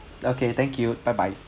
okay thank you bye bye okay